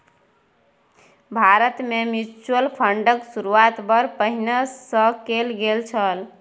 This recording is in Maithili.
भारतमे म्यूचुअल फंडक शुरूआत बड़ पहिने सँ कैल गेल छल